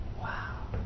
Wow